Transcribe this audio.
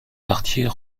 quartier